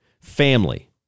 Family